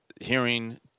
hearing